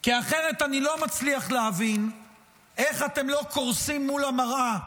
כי אחרת אני לא מצליח להבין איך אתם לא קורסים מול המראה,